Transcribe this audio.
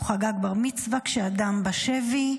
הוא חגג בר-מצווה כשאגם בשבי.